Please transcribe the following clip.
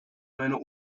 meiner